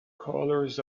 colours